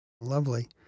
Lovely